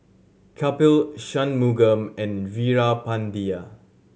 Kapil Shunmugam and Veerapandiya